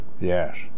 Yes